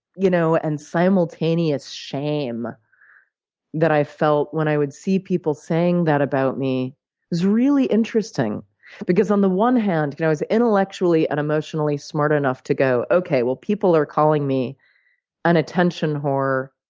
you know and simultaneous shame that i felt when i would see people saying that about me was really interesting because, on the one hand, i was intellectually and emotionally smart enough to go, okay. well, people are calling me an attention whore,